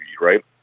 right